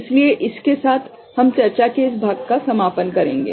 इसलिए इसके साथ हम चर्चा के इस भाग का समापन करेंगे